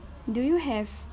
do you have